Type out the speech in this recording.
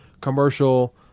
commercial